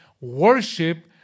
worship